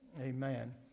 Amen